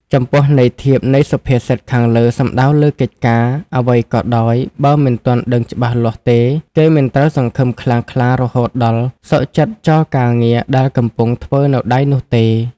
ចំពោះន័យធៀបនៃសុភាសិតខាងលើសំដៅលើកិច្ចការអ្វីក៏ដោយបើមិនទាន់ដឹងច្បាស់លាស់ទេគេមិនត្រូវសង្ឃឹមខ្លាំងក្លារហូតដល់សុខចិត្តចោលការងារដែលកំពុង ធ្វើនៅដៃនោះទេ។